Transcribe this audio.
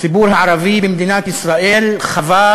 הציבור הערבי במדינת ישראל חווה